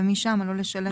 ומשם לא לשלם ארנונה.